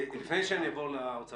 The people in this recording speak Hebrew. לפני שאני אעבור לאוצר,